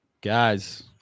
guys